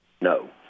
No